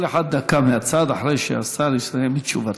כל אחד דקה מהצד, אחרי שהשר יסיים את תשובתו.